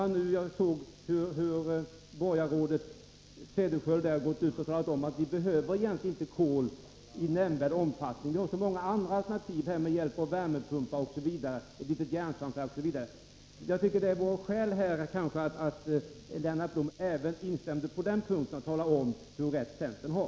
Nu har borgarrådet Cederschiöld gått ut och talat om att vi egentligen inte behöver kol i nämnvärd omfattning, eftersom vi har så många andra alternativ med hjäip av värmepumpar, ett litet järnsvampverk osv. Jag tycker kanske att det vore skäl att Lennart Blom även instämde på den punkten och talade om hur rätt centern har.